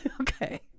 Okay